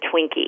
Twinkie